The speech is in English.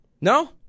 No